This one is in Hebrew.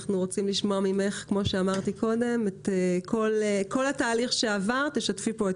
תשתפי את כולנו בכל התהליך שעברת.